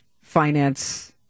finance